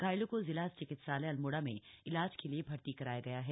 घायलों को जिला चिकित्सालय अल्मोड़ा में इलाज के लिए भर्ती कराया गया है